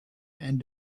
and